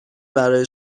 برای